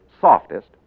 softest